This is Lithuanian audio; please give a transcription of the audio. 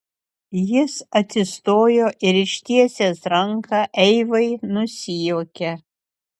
jis atsistojo ir ištiesęs ranką eivai nusijuokė